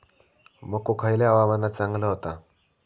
मको खयल्या हवामानात चांगलो होता?